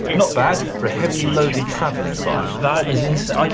not bad for a heavily loaded traveling bike. that is insane. like